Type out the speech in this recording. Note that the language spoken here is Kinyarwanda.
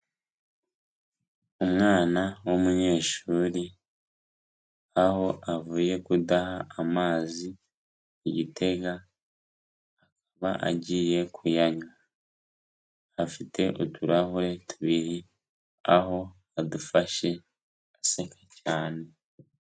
Umwana w'umunyeshuri aho avuye kudaha amazi ku gitega, akaba agiye kuywa, afite uturahure tubiri aho adufashe aseka cyane.